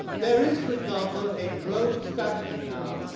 there is, for example, a drone strategy now,